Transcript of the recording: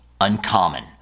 uncommon